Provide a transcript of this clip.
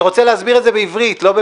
אני אומרת מושכלות יסוד של